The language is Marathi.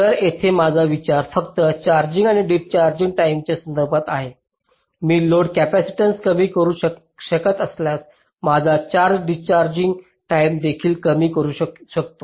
तर येथे माझा विचार फक्त चार्जिंग आणि डिस्चार्जिंग टाईमच्या संदर्भात आहे मी लोड कॅपेसिटन्स कमी करू शकत असल्यास माझा चार्ज डिस्चार्जिंग टाईम देखील कमी करू शकतो